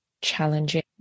challenging